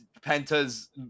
Penta's